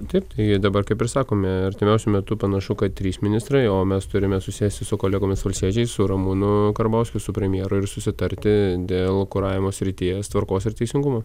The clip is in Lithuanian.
taip tai dabar kaip ir sakome artimiausiu metu panašu kad trys ministrai o mes turime susėsti su kolegomis valstiečiais su ramūnu karbauskiu su premjeru ir susitarti dėl kuravimo srities tvarkos ir teisingumo